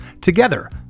Together